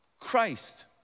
Christ